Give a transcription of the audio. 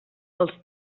els